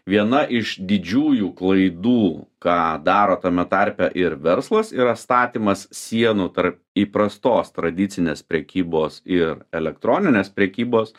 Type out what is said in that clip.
viena iš didžiųjų klaidų ką daro tame tarpe ir verslas yra statymas sienų tarp įprastos tradicinės prekybos ir elektroninės prekybos